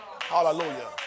Hallelujah